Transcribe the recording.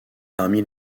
parmi